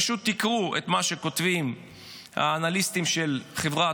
פשוט קראו את מה שכותבים האנליסטים של חברת